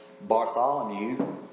Bartholomew